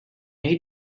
hate